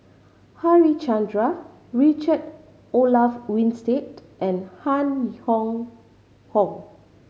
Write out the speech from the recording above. Harichandra Richard Olaf Winstedt and Han Hong Hong